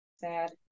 Sad